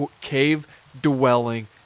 cave-dwelling